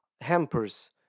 hampers